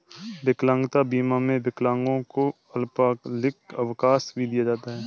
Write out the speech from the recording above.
विकलांगता बीमा में विकलांगों को अल्पकालिक अवकाश भी दिया जाता है